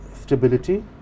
stability